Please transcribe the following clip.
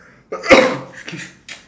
excuse